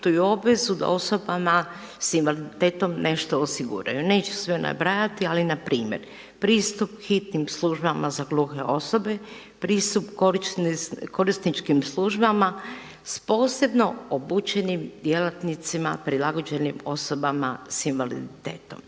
obvezu da osobama s invaliditetom nešto osiguraju. Neću sve nabrajati, ali npr. pristup hitnim službama za gluhe osobe pristup korisničkim službama s posebno obučenim djelatnicima prilagođenim osobama s invaliditetom.